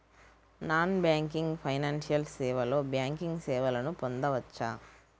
Non banking financial సేవలో banking సేవలను పొందవచ్చా?